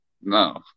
No